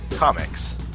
Comics